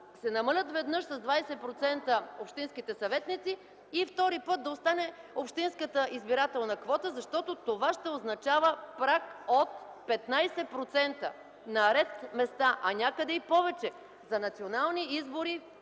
се намалят веднъж на 20% общинските съветници и втори път да остане общинската избирателна квота, защото това ще означава праг от 15% на ред места, а някъде и повече. За национални избори